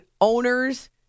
owners